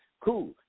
cool